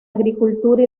agricultura